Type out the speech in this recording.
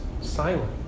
silent